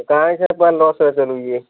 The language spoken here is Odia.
କାଁ ସେ ଲସ୍ରେ ଚଲୁଏ